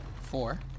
four